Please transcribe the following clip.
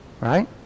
Right